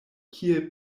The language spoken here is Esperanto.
kiel